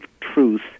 truth